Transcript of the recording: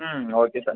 okay sir